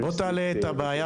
בוא תעלה את הבעיה